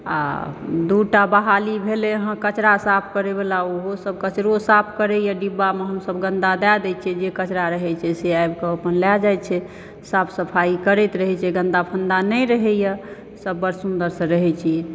अऽ दू टा बहाली भेलेहै कचरा साफ करयबला ओहो सबकऽ कचरो साफ करेए डिब्बा मऽ हमसभ गन्दा दयऽ देछिये जे कचरा रहै छै सऽ आबि कऽ अपन लय जाइ छै साफ सफाई करैत रहै छै गन्दा फन्दा नहि रहैए सब बड्ड सुन्दर सऽ रहै छी